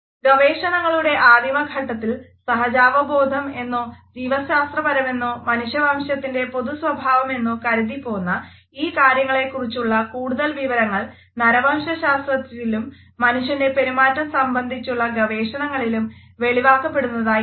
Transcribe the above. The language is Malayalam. ഗവേഷണങ്ങളുടെ ആദിമഘട്ടത്തിൽ സഹജാവബോധം എന്നോ ജീവശാസ്ത്രപരമെന്നോ മനുഷ്യവംശത്തിൻ്റെ പൊതുസ്വഭാവമെന്നോ കരുതിപ്പോന്ന ഈ കാര്യങ്ങൾളേക്കുറിച്ചുള്ള കൂടുതൽ വിവരങ്ങൾ നരവംശശാസ്ത്രത്തിലും മനുഷ്യൻറെ പെരുമാറ്റം സംബന്ധിച്ചുള്ള ഗവേഷണങ്ങളിലും വെളിവാക്കപ്പെടുന്നതായിക്കാണാം